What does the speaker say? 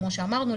כמו שאמרנו,